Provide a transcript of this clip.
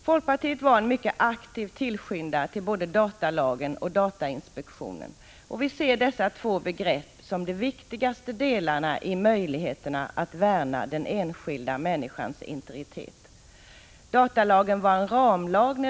Folkpartiet var en mycket aktiv tillskyndare av både datalagen och datainspektionen, och vi ser dessa två begrepp som de viktigaste delarna i möjligheterna att värna den enskilda människans integritet. Datalagen är en ramlag.